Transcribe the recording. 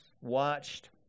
watched